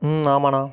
ம் ஆமாண்ணா